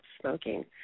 smoking